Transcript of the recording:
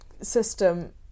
system